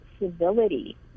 civility